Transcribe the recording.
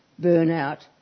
burnout